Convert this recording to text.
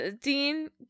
Dean